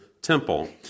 Temple